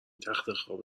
تختخواب